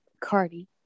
Cardi